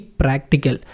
practical